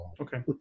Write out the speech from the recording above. Okay